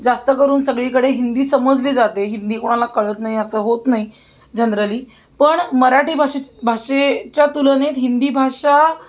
जास्त करून सगळीकडे हिंदी समजली जाते हिंदी कोणाला कळत नाही असं होत नाई जनरली पण मराठी भाषेच भाषेच्या तुलनेत हिंदी भाषा